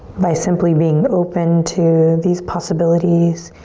by simply being open to these possibilities.